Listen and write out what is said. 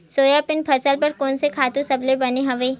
Soybean फसल बर कोन से खातु सबले बने हवय?